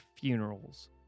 funerals